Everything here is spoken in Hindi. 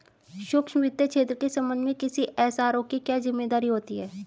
सूक्ष्म वित्त क्षेत्र के संबंध में किसी एस.आर.ओ की क्या जिम्मेदारी होती है?